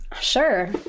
Sure